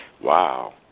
Wow